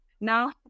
now